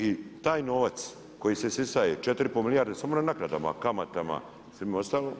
I taj novac koji se isisaje 4 i pol milijarde samo na naknadama, kamatama, svima ostalom